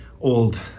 old